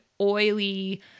oily